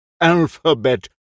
alphabet